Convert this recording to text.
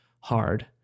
hard